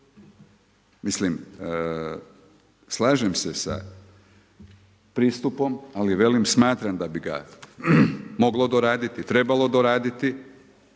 Mislim, slažem se sa pristupom, ali velim smatram da bi ga moglo doraditi, trebalo doraditi.